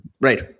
Right